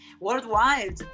Worldwide